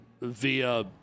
via –